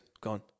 gone